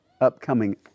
upcoming